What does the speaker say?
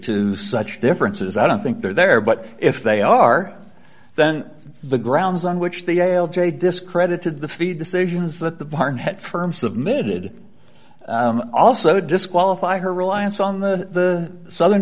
to such differences i don't think they're there but if they are then the grounds on which they hail j discredited the feed decisions that the barnett firm submitted also disqualify her reliance on the southern